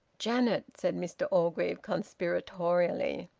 janet, said mr orgreave conspiratorially.